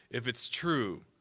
if it's true,